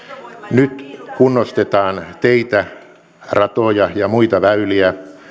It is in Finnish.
nyt kunnostetaan teitä ratoja ja muita väyliä